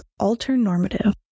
alternormative